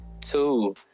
Two